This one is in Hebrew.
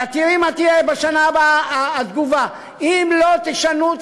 ואת תראי מה תהיה בשנה הבאה התגובה אם לא תשנו את